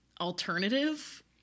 alternative